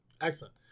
Excellent